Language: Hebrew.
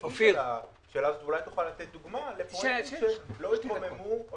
אולי תוכל לתת דוגמה לפרויקטים שלא התרוממו או